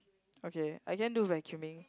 okay I can do vacuuming